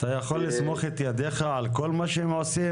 אתה יכול לסמוך את ידיך על כל מה שהם עושים?